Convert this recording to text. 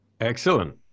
excellent